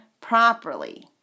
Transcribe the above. properly